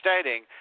stating